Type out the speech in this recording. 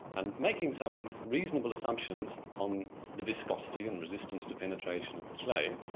and making some reasonable assumptions on the viscosity and resistance to penetration of the clay,